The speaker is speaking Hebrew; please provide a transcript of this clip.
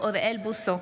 אינו נוכח אוריאל בוסו,